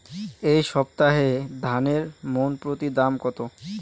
এই সপ্তাহে ধানের মন প্রতি দাম কত?